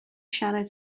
siarad